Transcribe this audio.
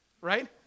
right